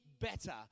better